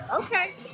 Okay